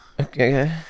Okay